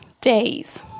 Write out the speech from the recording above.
days